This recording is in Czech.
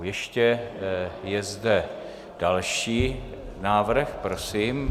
Ještě je zde další návrh, prosím.